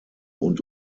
und